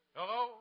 Hello